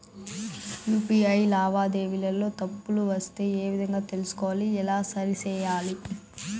UPI లావాదేవీలలో తప్పులు వస్తే ఏ విధంగా తెలుసుకోవాలి? ఎలా సరిసేయాలి?